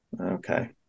Okay